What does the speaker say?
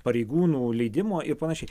pareigūnų leidimo ir panašiai